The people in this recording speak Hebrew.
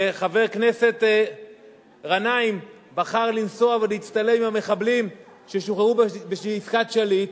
וחבר כנסת גנאים בחר לנסוע ולהצטלם עם המחבלים ששוחררו בעסקת שליט,